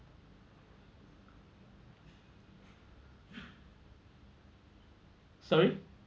sorry